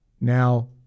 Now